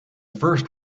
first